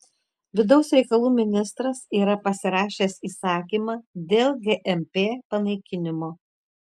vidaus reikalų ministras yra pasirašęs įsakymą dėl gmp panaikinimo